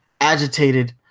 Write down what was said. agitated